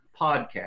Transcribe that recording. podcast